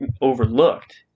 overlooked